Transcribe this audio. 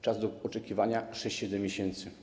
Czas oczekiwania - 6, 7 miesięcy.